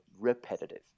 repetitive